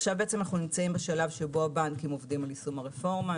אנחנו עכשיו נמצאים בשלב שבו הבנקים עובדים על יישום הרפורמה.